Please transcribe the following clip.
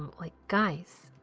like. guys,